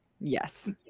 Yes